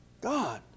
God